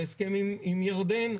ההסכם עם ירדן,